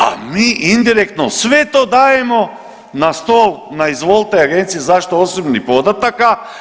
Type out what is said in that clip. A mi indirektno sve to dajemo na stol na izvolite Agenciji za zaštitu osobnih podataka.